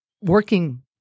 working